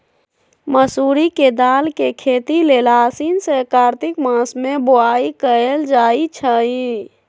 मसूरी के दाल के खेती लेल आसीन से कार्तिक मास में बोआई कएल जाइ छइ